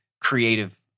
creative